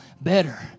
better